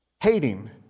Hating